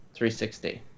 360